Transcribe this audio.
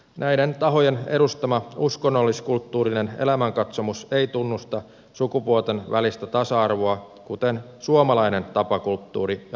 näiden tahojen edustama uskonnolliskulttuurinen elämänkatsomus ei tunnusta sukupuolten välistä tasa arvoa kuten suomalainen tapakulttuuri ja lainsäädäntö tekevät